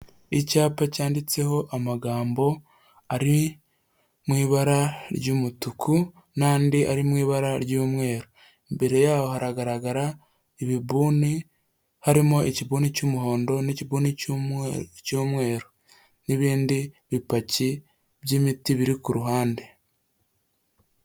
Icyapa cyanditseho amagambo ari mu ibara ry'umutuku n'andi ari mu ibara ry'umweru, imbere yaho hagaragara ibibuni harimo ikibuni cy'umuhondo n'ikibuni cy'umweru, n'ibindi bipaki by'imiti biri ku ruhande.